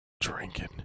drinking